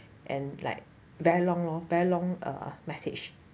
and like very long lor very long err message